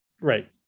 Right